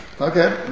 Okay